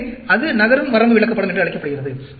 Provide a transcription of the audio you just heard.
எனவே அது நகரும் வரம்பு விளக்கப்படம் என்று அழைக்கப்படுகிறது